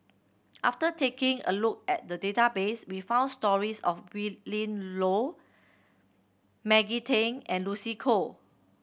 after taking a look at the database we found stories of Willin Low Maggie Teng and Lucy Koh